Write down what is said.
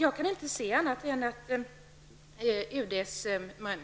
Jag kan inte se annat än att UDs